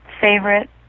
favorite